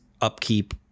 upkeep